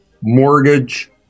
mortgage